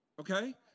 Okay